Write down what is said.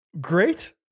great